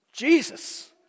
Jesus